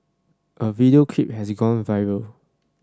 a video clip has gone viral